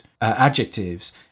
adjectives